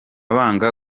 banga